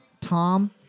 Tom